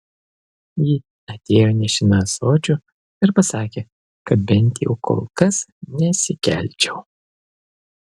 ji atėjo nešina ąsočiu ir pasakė kad bent jau kol kas nesikelčiau